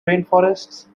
rainforests